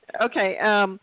Okay